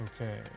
Okay